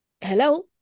hello